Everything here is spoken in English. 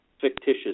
fictitious